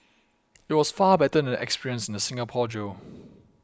it was far better than the experience in the Singapore jail